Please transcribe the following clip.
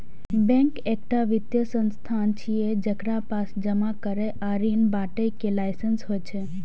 bank एकटा वित्तीय संस्थान छियै, जेकरा पास जमा करै आ ऋण बांटय के लाइसेंस होइ छै